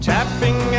Tapping